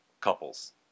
couples